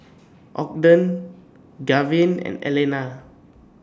Ogden Gaven and Elna